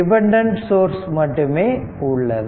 dependent source மட்டுமே உள்ளது